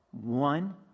One